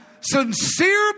Sincere